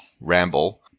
ramble